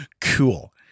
Cool